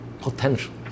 potential